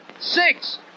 six